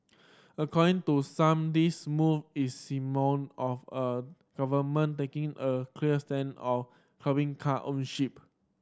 according to some this move is seem more of a government taking a clear stand on curbing car ownership